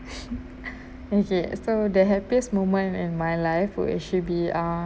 okay so the happiest moment in my life would actually be ah